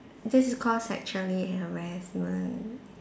this is called sexual harassment